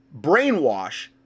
brainwash